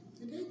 Today